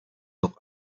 noch